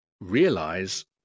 realize